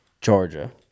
Georgia